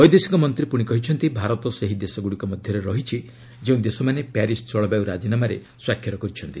ବୈଦେଶିକ ମନ୍ତ୍ରୀ ପୁଣି କହିଛନ୍ତି ଭାରତ ସେହି ଦେଶଗୁଡ଼ିକ ମଧ୍ୟରେ ରହିଛି ଯେଉଁ ଦେଶମାନେ ପ୍ୟାରିସ୍ ଜଳବାୟୁ ରାଜିନାମାରେ ସ୍ୱାକ୍ଷର କରିଛନ୍ତି